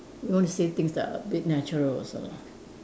you want to say things like a bit natural also lah